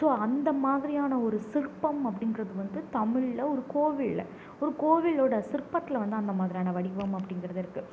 so அந்த மாதிரியான ஒரு சிற்பம் அப்படிங்கிறது வந்து தமிழ்ல ஒரு கோவில்ல ஒரு கோவிலோட சிற்பத்தில் வந்து அந்த மாதிரியான வடிவம் அப்படிங்கிறது இருக்குது